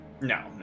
No